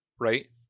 right